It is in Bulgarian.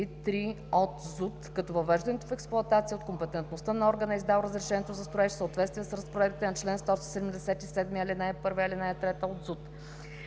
от ЗУТ, като въвеждането им експлоатация е от компетентността на органа издал разрешението за строеж в съответствие с разпоредбите на чл. 177, ал. 1 и ал. 3 от ЗУТ.